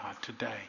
today